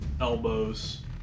elbows